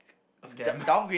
scam